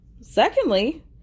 Secondly